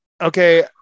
Okay